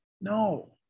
No